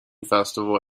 festival